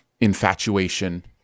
infatuation